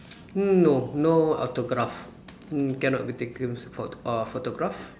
mm no no autograph mm cannot be taken phot~ uh photograph